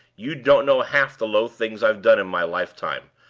you don't know half the low things i have done in my lifetime.